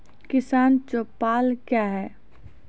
किसान चौपाल क्या हैं?